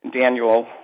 Daniel